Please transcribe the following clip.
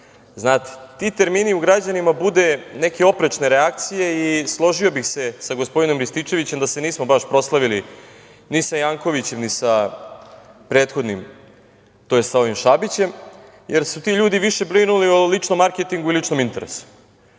znate, ti termini u građanima bude neke oprečne reakcije i složio bih se sa gospodinom Rističevićem da se nismo baš proslavili ni sa Jankovićem, ni sa prethodnim, sa ovim Šabićem, jer su ti ljudi više brinuli o ličnom marketingu i ličnom interesu. Naravno,